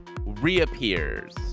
reappears